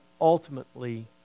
ultimately